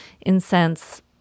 incense